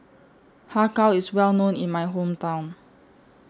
Har Kow IS Well known in My Hometown